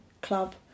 club